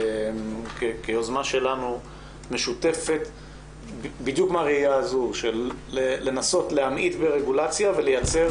כיוזמה משותפת שלנו בדיוק מהראייה הזו של לנסות להמעיט ברגולציה ולייצר